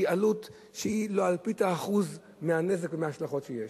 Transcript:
זו עלות שהיא לא אלפית האחוז מהנזק ומההשלכות שיש.